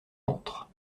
entre